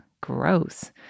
gross